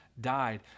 died